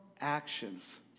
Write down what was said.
actions